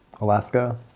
Alaska